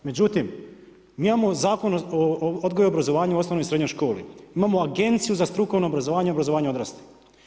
Međutim, mi imamo u Zakonu o odgoju i obrazovanju u osnovnim i srednjim školama, imamo Agenciju za strukovno obrazovanje i obrazovanje odraslih.